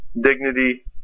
dignity